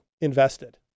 invested